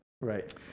Right